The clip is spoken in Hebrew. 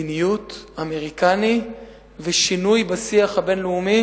מדיניות אמריקני ושינוי בשיח הבין-לאומי